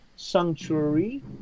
sanctuary